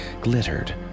glittered